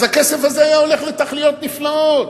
הכסף הזה היה הולך לתכליות נפלאות.